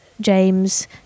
James